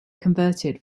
converted